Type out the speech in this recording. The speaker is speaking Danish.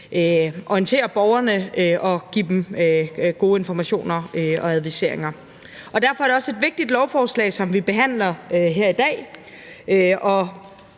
orientere borgerne og give dem gode informationer og adviseringer. Derfor er det også et vigtigt lovforslag, som vi behandler her i dag,